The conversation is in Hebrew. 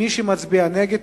מי שמצביע נגד,